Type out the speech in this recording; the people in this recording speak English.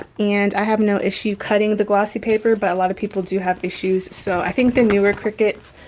and i have no issue cutting the glossy paper, but a lot of people do have issues. so i think the newer cricuts,